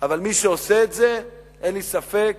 אבל מי שעושה את זה, אין לי ספק